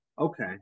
Okay